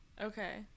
Okay